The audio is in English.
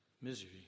misery